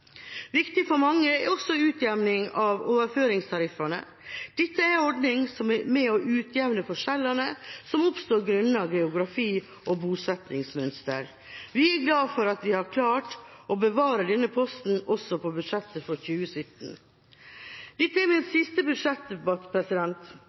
Viktig for mange er også utjevning av overføringstariffene. Dette er en ordning som er med på å utjevne forskjellene som oppstår grunnet geografi og bosettingsmønster. Vi er glade for at vi har klart å bevare denne posten også på budsjettet for 2017. Dette er min